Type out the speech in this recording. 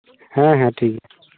ᱦᱮᱸ ᱦᱮᱸ ᱴᱷᱤᱠᱜᱮᱭᱟ